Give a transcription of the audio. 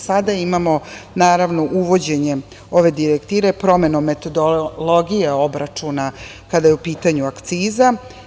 Sada imamo uvođenjem ove direktive, metodologije obračuna, kada je u pitanju akciza.